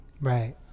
right